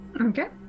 Okay